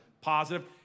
positive